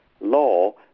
law